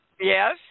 Yes